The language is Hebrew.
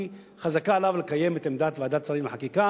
כי חזקה עליו לקיים את עמדת ועדת השרים לחקיקה,